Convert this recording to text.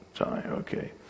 Okay